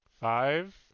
five